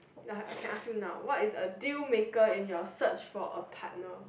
like I can ask you now what's is a deal maker in your search for a partner